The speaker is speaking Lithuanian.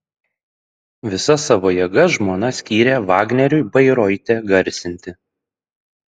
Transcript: visas savo jėgas žmona skyrė vagneriui bairoite garsinti